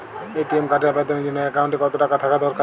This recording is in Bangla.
এ.টি.এম কার্ডের আবেদনের জন্য অ্যাকাউন্টে কতো টাকা থাকা দরকার?